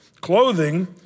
clothing